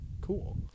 cool